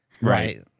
Right